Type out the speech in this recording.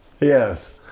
Yes